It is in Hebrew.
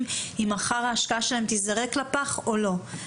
אם מחר ההשקעה שלהם תיזרק לפח או לא.